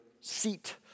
seat